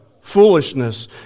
foolishness